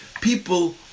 People